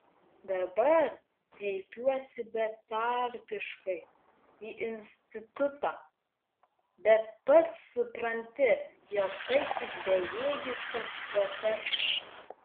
dabar kreipiuosi betarpiškai į institutą bet pats supranti jog tai tik bejėgiškas protestas